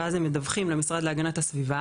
ואז הם מדווחים למשרד להגנת הסביבה,